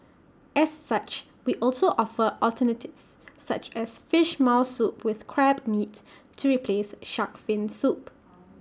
as such we also offer alternatives such as Fish Maw Soup with Crab meat to replace Shark's fin soup